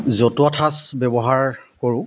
জতুৱা ঠাঁচ ব্যৱহাৰ কৰোঁ